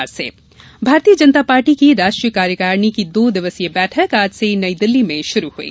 भाजपा बैठक भारतीय जनता पार्टी की राष्ट्रीय कार्यकारिणी की दो दिवसीय बैठक आज से नई दिल्ली में शुरू हई